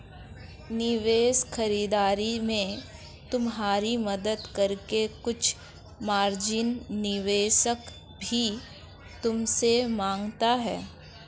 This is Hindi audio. निवेश खरीदारी में तुम्हारी मदद करके कुछ मार्जिन निवेशक भी तुमसे माँगता है